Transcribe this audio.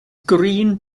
green